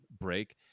break